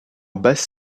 basse